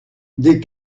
des